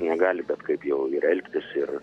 negali bet kaip jau ir elgtis ir